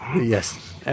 Yes